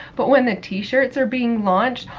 but when the t-shirts are being launched,